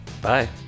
bye